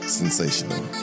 sensational